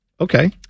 Okay